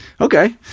Okay